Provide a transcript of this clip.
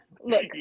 Look